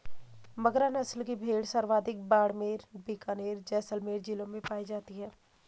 मगरा नस्ल की भेड़ सर्वाधिक बाड़मेर, बीकानेर, जैसलमेर जिलों में पाई जाती है